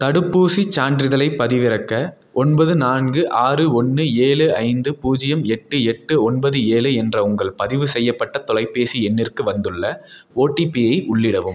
தடுப்பூசிச் சான்றிதழைப் பதிவிறக்க ஒன்பது நான்கு ஆறு ஒன்று ஏழு ஐந்து பூஜ்ஜியம் எட்டு எட்டு ஒன்பது ஏழு என்ற உங்கள் பதிவு செய்யப்பட்ட தொலைபேசி எண்ணிற்கு வந்துள்ள ஓடிபியை உள்ளிடவும்